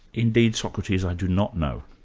indeed, socrates, i do not know.